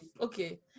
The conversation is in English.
okay